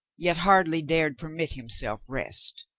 yet hardly dared permit himself rest.